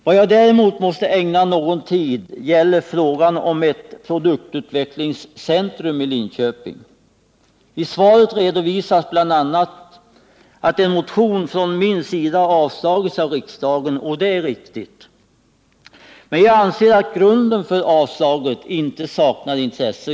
Vad jag däremot måste ägna någon tid åt är frågan om ett produktutvecklingscentrum i Linköping. I svaret redovisas bl.a. att en motion av mig avslagits av riksdagen. Det är riktigt. Men jag anser att grunden för avslaget inte saknar intresse.